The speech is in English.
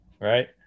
right